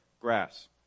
Grass